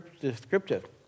descriptive